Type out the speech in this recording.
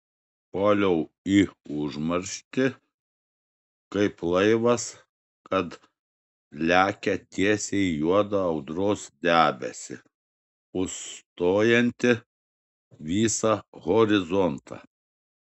puoliau į užmarštį kaip laivas kad lekia tiesiai į juodą audros debesį užstojantį visą horizontą